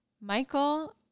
michael